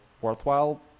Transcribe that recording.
worthwhile